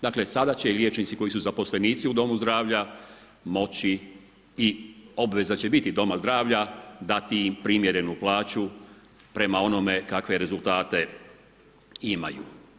Dakle sada će liječnici koji su zaposlenici u domu zdravlja moći i obveza će biti doma zdravlja dati im primjerenu plaću prema onome kakve rezultate imaju.